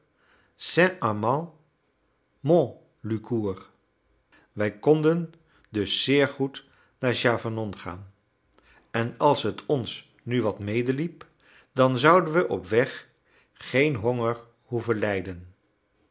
montlucour wij konden dus zeer goed naar chavanon gaan en als het ons nu wat medeliep dan zouden we op weg geen honger behoeven te lijden